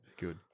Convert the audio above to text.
good